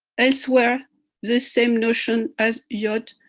elsewhere the same notion as yod,